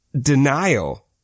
Denial